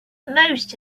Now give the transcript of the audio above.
most